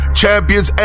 champions